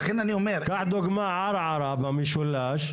קח דוגמה ערערה במשולש,